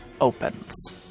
opens